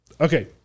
Okay